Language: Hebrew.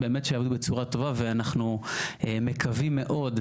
אנחנו מקווים מאוד,